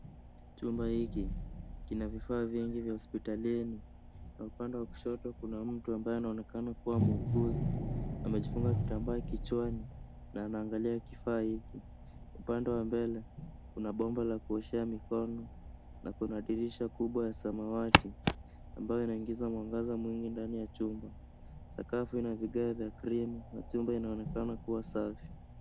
Chumba hiki kina vifaa vingi vya hospitalini. Na upande wa kushoto kuna mtu ambaye anaonekana kuwa muuguzi. Amejifunga kitambaa kichwani na anaangalia kifaa hiki. Upande wa mbele, kuna bomba la kuoshea mikono. Na kuna dirisha kubwa ya samawati, ambayo inaingiza mwangaza mwingi ndani ya chumba. Sakafu ina vigae vya cream na jumba inaonekana kuwa safi.